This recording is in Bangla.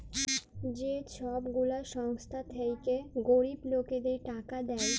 যে ছব গুলা সংস্থা থ্যাইকে গরিব লকদের টাকা দেয়